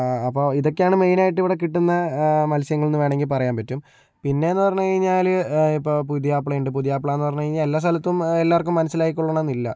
അപ്പോൾ ഇതൊക്കെയാണ് മെയിനായിട്ട് ഇവിടെ കിട്ടുന്ന മത്സ്യങ്ങളെന്ന് വേണമെങ്കിൽ പറയാൻ പറ്റും പിന്നെയെന്ന് പറഞ്ഞു കഴിഞ്ഞാല് ഇപ്പോൾ പുതിയാപ്ലയുണ്ട് പുതിയാപ്ലയെന്ന് പറഞ്ഞ് കഴിഞ്ഞാൽ എല്ലാ സ്ഥലത്തും എല്ലാവർക്കും മനസ്സിലായിക്കൊള്ളണം എന്നില്ല